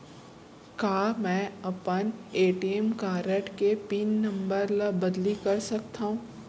का मैं अपन ए.टी.एम कारड के पिन नम्बर ल बदली कर सकथव?